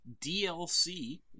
DLC